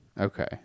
Okay